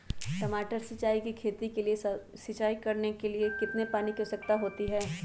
टमाटर की खेती के लिए सिंचाई करने के लिए कितने पानी की आवश्यकता होती है?